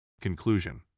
Conclusion